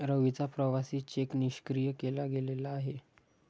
रवीचा प्रवासी चेक निष्क्रिय केला गेलेला आहे